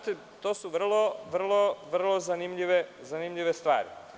To su vrlo zanimljive stvari.